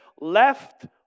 left